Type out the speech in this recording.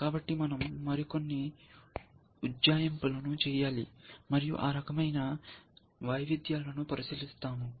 కాబట్టి మనం మరికొన్ని ఉజ్జాయింపులను చేయాలి మరియు ఆ రకమైన వైవిధ్యాలను పరిశీలిస్తాము